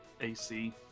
AC